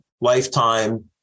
lifetime